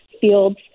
fields